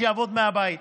שיעבוד מהבית,